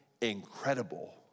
incredible